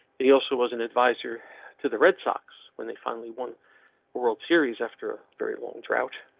he also was an advisor to the red sox when they finally won world series after a very long drought,